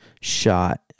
shot